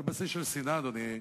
על בסיס של שנאה, אדוני,